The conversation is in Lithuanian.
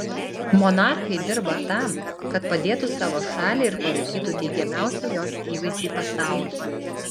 monarchai dirba tam kad padėtų savo šaliai ir palaikytų teigiamiausią jos įvaizdį pasaulyje